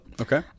Okay